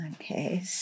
Okay